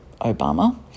Obama